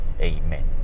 Amen